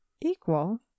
equal